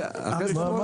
לא, מה פתאום.